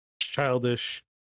childish